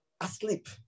asleep